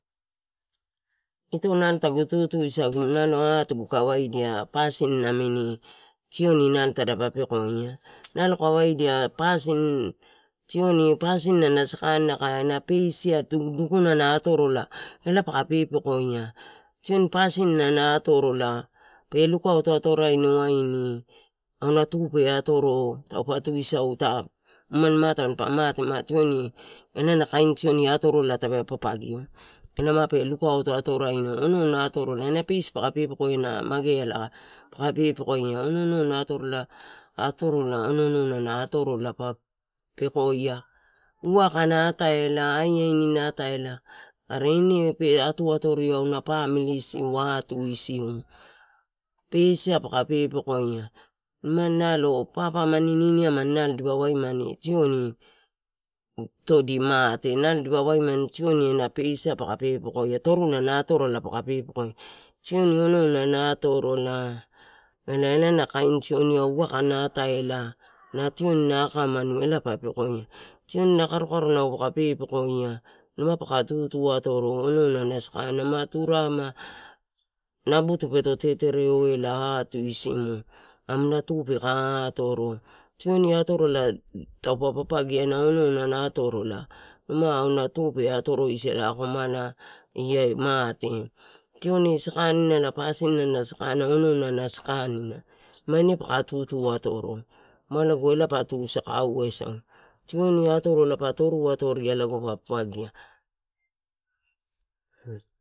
Itoi nalo tagu tutusagu nalo atugu kai waidia, pasin namim tioni naio tadapa pekoia, nalo kai wadia, pasin, tioni, pasin na sakania aka ena peisia dukuna na atorola ela paka pepekoia, tioni pasina na atonola pe lukauto atoraino, waini auna ta pe atoro, taupe tuisau ita, inani ma tanipa mate, ma tioni elana kain tioni atorola ta pe papagio ela mape lukauto atoraino, onouna atorola. Ena peis pa pepekoina na mageala aka, paka pepekoia onouonou na atorola, atorola onouonou na atorola pa pekoia, uaka na ataela, aiainina atalea, are, ine pe atu atorio auna pamili isiu, atu isiu, peis ai pa ka pepekoia. Imani naio papain, niniamani, nalo dipa waimani tioni, ito di mate nalo dipa waimani tioru ena pais ai, paka pepekoia toruna na atorola pa pepekoia. Tiom onou na atorola, ela, ela na kain tioniua, waka na ate-eia, na tioni na akamanu ela, pa pekoia, tioni na kaokaronau, pa ka pepekoia. Uma paka tutu atoro, onouna sakanina ma turarema nabutu peto tetereoela atumu isima amu na tu peke atoro, tioni atorola taupe papagia ena onouna atorola, maa auna tu pe atorosala aka mala iai mate. Tioni sakanina ena pasin na sakanina onou na sakanina ma, ine paka tutu atoro, malago ela pa tu sakauasau. Tioni atorola pa toruatoria lago pa papagia. arialoni.